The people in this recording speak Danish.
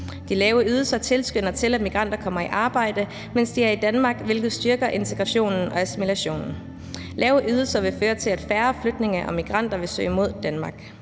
De lave ydelser tilskynder til, at migranter kommer i arbejde, mens de er i Danmark, hvilket styrker integrationen og assimilationen. Lave ydelser vil føre til, at færre flygtninge og migranter vil søge mod Danmark.